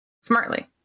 smartly